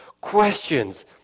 questions